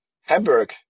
Hamburg